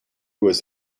was